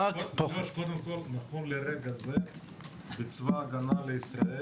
נכון לרגע זה בצבא הגנה לישראל,